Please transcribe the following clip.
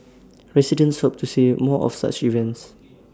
residents hope to see if more of such events